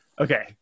Okay